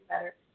Better